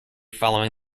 following